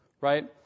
right